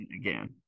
again